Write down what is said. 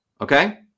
okay